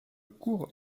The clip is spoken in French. cours